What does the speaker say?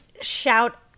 shout